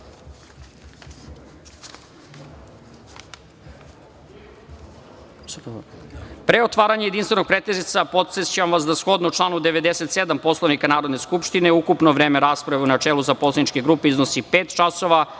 otvaranja jedinstvenog pretresa podsećam vas da, shodno članu 97. Poslovnika Narodne skupštine, ukupno vreme rasprave u načelu za poslaničke grupe iznosi pet časova,